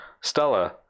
stella